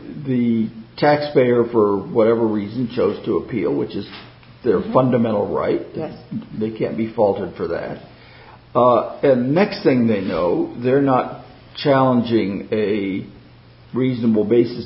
the taxpayer for whatever reason chose to appeal which is their fundamental right that they can't be faulted for that but next thing they know they're not challenging a reasonable bas